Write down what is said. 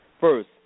first